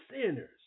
sinners